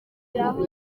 ntabwo